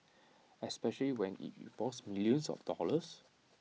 especially when IT involves millions of dollars